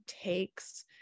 takes